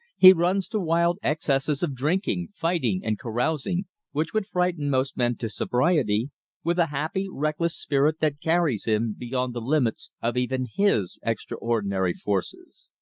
he runs to wild excesses of drinking, fighting, and carousing which would frighten most men to sobriety with a happy, reckless spirit that carries him beyond the limits of even his extraordinary forces.